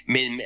Men